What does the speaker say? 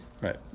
Right